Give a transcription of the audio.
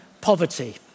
poverty